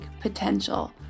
potential